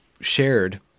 shared